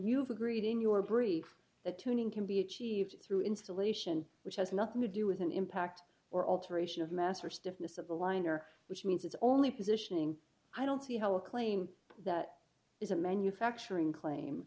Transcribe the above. have agreed in your brief that tuning can be achieved through installation which has nothing to do with an impact or alteration of mass or stiffness of the liner which means it's only positioning i don't see how a claim that is a manufacturing claim